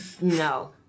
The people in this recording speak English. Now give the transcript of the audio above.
No